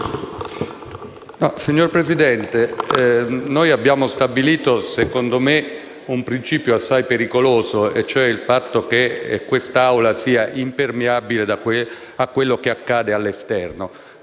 Signor Presidente, noi abbiamo stabilito, a mio parere, un principio assai pericoloso e cioè il fatto che questa Assemblea sia impermeabile a quello che accade all'esterno.